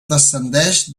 descendeix